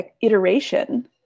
iteration